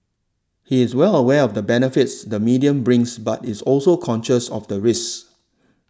he is well aware of the benefits the medium brings but is also conscious of the risks